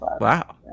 wow